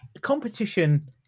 competition